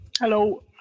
Hello